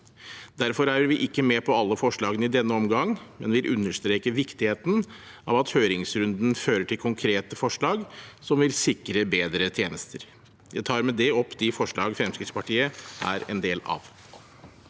Derfor er vi ikke med på alle forslagene i denne omgang, men vi understreker viktigheten av at høringsrunden fører til konkrete forslag som vil sikre bedre tjenester. Jeg tar med dette opp de forslagene Fremskrittspartiet er med på.